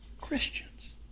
Christians